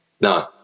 No